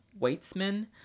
Weitzman